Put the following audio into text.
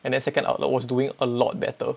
and that second outlet was doing a lot better